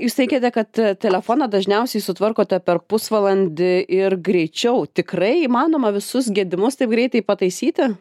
jūs teikiate kad telefoną dažniausiai sutvarkote per pusvalandį ir greičiau tikrai įmanoma visus gedimus taip greitai pataisyti